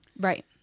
Right